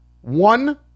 one